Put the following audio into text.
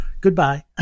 goodbye